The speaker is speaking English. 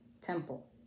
temple